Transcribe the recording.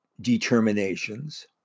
determinations